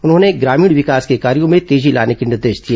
उन्होंने ग्रामीण विकास के कार्यों में तेजी लाने के निर्देश दिए